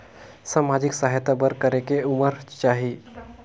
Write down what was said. समाजिक सहायता बर करेके उमर चाही?